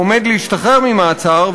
או עומד להשתחרר ממעצר,